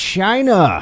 China